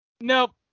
Nope